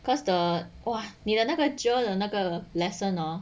because the 哇你的那个 J_E_R 的那个 lesson hor